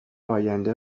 آینده